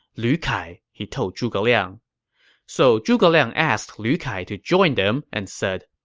lu kai, he told zhuge liang so zhuge liang asked lu kai to join them and said,